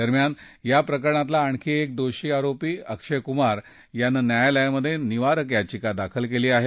दरम्यान या प्रकरणातला आणखी एक दोषी आरोपी अक्षय कुमार यानं न्यायालयात निवारक याचिका दाखल केली आहे